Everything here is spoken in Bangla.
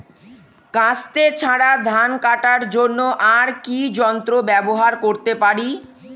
কাস্তে ছাড়া ধান কাটার জন্য আর কি যন্ত্র ব্যবহার করতে পারি?